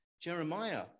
Jeremiah